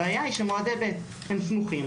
הבעיה היא שמועדי ב' הם סמוכים.